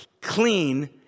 clean